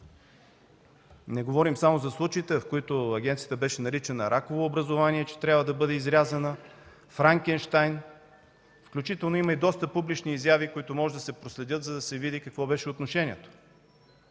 Не говорим само за случаите, в които агенцията беше наричана „раково образувание”, че трябва да бъде изрязана, „Франкенщайн”, включително има и доста публични изяви, които могат да се проследят, за да се види какво беше отношението.